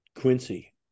Quincy